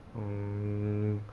hmm